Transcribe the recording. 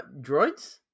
Droids